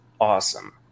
awesome